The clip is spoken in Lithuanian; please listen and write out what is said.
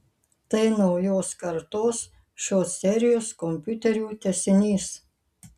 tai naujos kartos šios serijos kompiuterių tęsinys